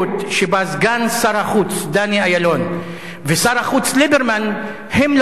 שבה סגן שר החוץ דני אילון ושר החוץ ליברמן הם לאחרונה,